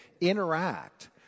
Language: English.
interact